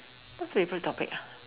what favorite topic ah